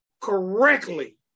correctly